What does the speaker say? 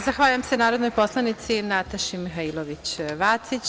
Zahvaljujem se narodnoj poslanici Nataši Mihailović Vacić.